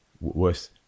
worse